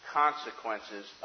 consequences